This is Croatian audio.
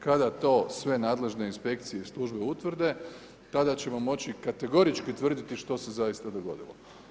Kada to sve nadležne inspekcije i službe utvrde tada ćemo moći kategorički tvrditi što se zaista dogodilo.